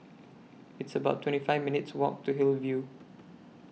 It's about twenty five minutes' Walk to Hillview